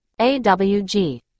AWG